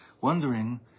wondering